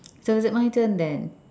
so is it my turn then